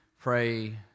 pray